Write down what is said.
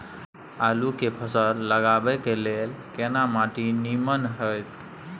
आलू के फसल लगाबय के लेल केना माटी नीमन होयत?